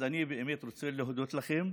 אני באמת רוצה להודות לכם.